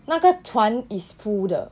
那个船 is full 的